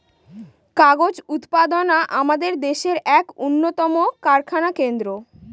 কাগজ উৎপাদনা আমাদের দেশের এক উন্নতম কারখানা কেন্দ্র